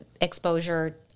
exposure